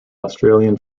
australian